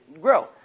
grow